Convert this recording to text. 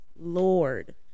lord